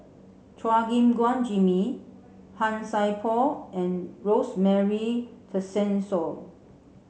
Chua Gim Guan Jimmy Han Sai Por and Rosemary Tessensohn